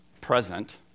present